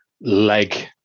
Leg